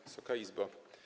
Wysoka Izbo!